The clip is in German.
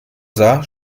sah